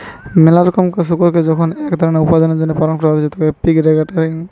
মেলা রোকমকার শুকুরকে যখন এক সাথে উপার্জনের জন্য পালন করা হতিছে সেটকে পিগ রেয়ারিং বলে